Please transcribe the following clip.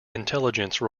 intelligence